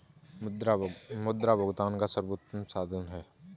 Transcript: मुद्रा भुगतान का सर्वोत्तम साधन है